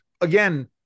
again